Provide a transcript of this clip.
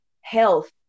health